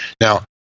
Now